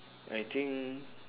I think